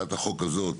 הצעת החוק הזאת